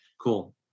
Cool